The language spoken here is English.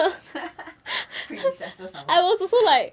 predecessor some more